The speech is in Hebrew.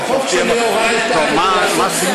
את החוק שלי הורדת כדי לחסוך זמן,